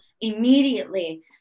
immediately